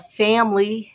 family